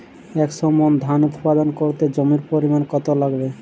একশো মন ধান উৎপাদন করতে জমির পরিমাণ কত লাগবে?